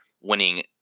winning